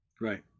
right